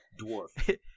Dwarf